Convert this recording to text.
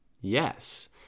Yes